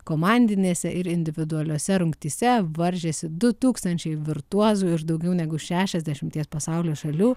komandinėse ir individualiose rungtyse varžėsi du tūkstančiai virtuozų ir daugiau negu iš šešiasdešimties pasaulio šalių